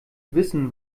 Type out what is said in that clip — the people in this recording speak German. wissen